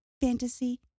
fantasy